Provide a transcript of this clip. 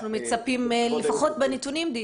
אנחנו מצפים לפחות לדיוק בנתונים.